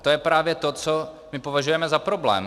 To je právě to, co my považujeme za problém.